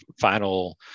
final